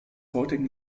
heutigen